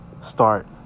start